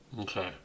Okay